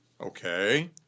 Okay